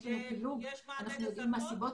יש לנו פילוח של הפניות ואנחנו יודעים מה הסיבות